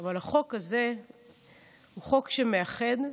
אבל החוק הזה הוא חוק שמאחד,